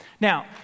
Now